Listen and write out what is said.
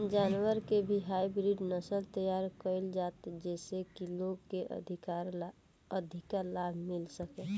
जानवर के भी हाईब्रिड नसल तैयार कईल जाता जेइसे की लोग के अधिका लाभ मिल सके